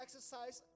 Exercise